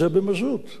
נו, אז איפה ראש הממשלה?